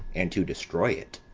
and to destroy it.